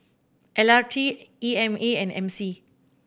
L R T E M A and M C